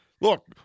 Look